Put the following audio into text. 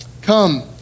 Come